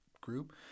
group